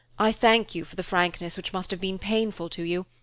i thank you for the frankness which must have been painful to you,